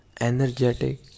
energetic